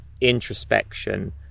introspection